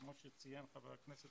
כמו שציין חבר הכנסת,